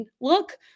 Look